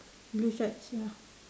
blue shorts ya